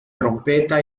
trompeta